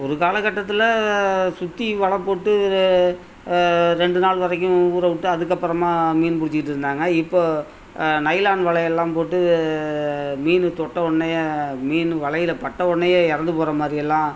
ஒரு காலகட்டத்தில் சுற்றி வலை போட்டு ரெண்டு நாள் வரைக்கும் ஊற விட்டு அதுக்கப்புறமா மீன் பிடிச்சிட்ருந்தாங்க இப்போ நைலான் வலையெல்லாம் போட்டு மீனு தொட்டவொன்னையே மீனு வலையில் பட்டவொன்னையே இறந்து போகிற மாதிரியெல்லாம்